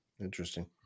Interesting